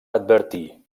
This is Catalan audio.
advertir